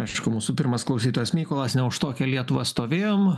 aišku mūsų pirmas klausytojas mykolas ne už tokią lietuvą stovėjom